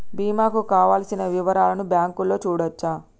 బీమా కు కావలసిన వివరాలను బ్యాంకులో చూడొచ్చా?